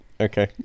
Okay